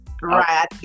right